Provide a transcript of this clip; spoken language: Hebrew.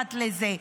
מתחת לזה.